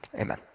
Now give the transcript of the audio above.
Amen